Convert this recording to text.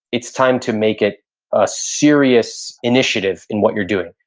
it's time to make it a serious initiative in what you're doing.